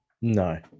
No